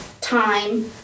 time